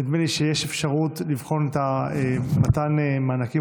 נדמה לי שיש אפשרות לבחון את מתן המענקים